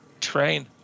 train